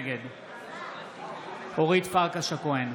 נגד אורית פרקש הכהן,